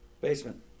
Basement